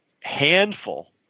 handful